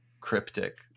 cryptic